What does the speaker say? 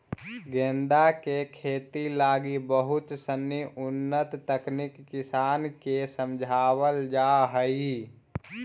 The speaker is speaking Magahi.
गेंदा के खेती लगी बहुत सनी उन्नत तकनीक किसान के समझावल जा हइ